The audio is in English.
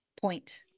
point